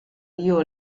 rio